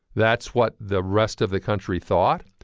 that's what the rest of the country thought,